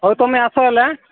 ହୋଉ ତୁମେ ଆସ ହେଲେ ହାଁ